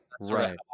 Right